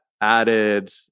added